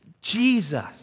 Jesus